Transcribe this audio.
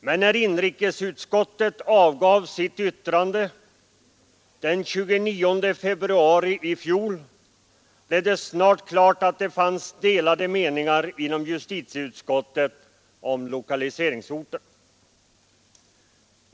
Men när inrikesutskottet avgav sitt yttrande den 29 februari i fjol, blev det snart klart att det fanns delade meningar inom justitieutskottet om lokaliseringsorten.